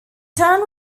town